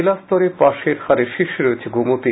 জেলা স্তরে পাশের হারে শীর্ষে রয়েছে গোমতী